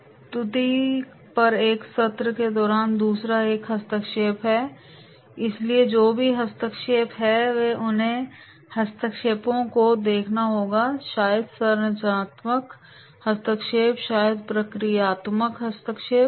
प्रस्तुति पर एक सत्र के दौरान दूसरा एक हस्तक्षेप है इसलिए जो भी हस्तक्षेप हैं फिर उन हस्तक्षेपों को देखना होगा शायद संरचनात्मक हस्तक्षेप शायद प्रक्रियात्मक हस्तक्षेप